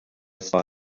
thought